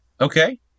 Okay